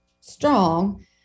strong